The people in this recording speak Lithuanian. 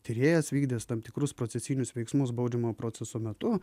tyrėjas vykdęs tam tikrus procesinius veiksmus baudžiamojo proceso metu